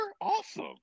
Awesome